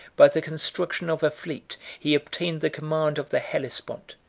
by the construction of a fleet, he obtained the command of the hellespont,